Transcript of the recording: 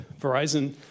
Verizon